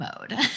mode